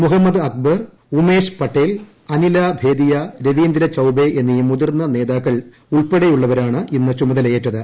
മുഹമ്മദ് അഗ്ബർ ഉമേഷ് പട്ടേൽ അനില ഭേദിയ രവീന്ദ്ര ചൌബെ എന്നീ മുതിർന്ന നേതാക്കൾ ഉൾപ്പെടെയുള്ളവരാണ് ഇന്ന് ചുമതലയേറ്റത്